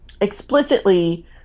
explicitly